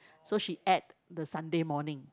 so she ate the Sunday morning